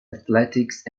athletics